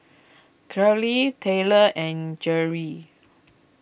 Kayli Taylor and Gerry